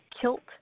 Kilt